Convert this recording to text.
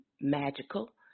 magical